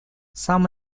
сам